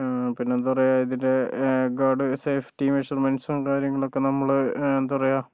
പിന്നെന്താ പറയുക ഇതിൻ്റെ ഗാർഡ് സേഫ്റ്റി മെഷർമെന്റ്സും കാര്യങ്ങളൊക്കെ നമ്മള് എന്താ പറയുക